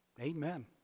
Amen